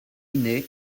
inné